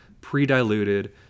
pre-diluted